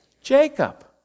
jacob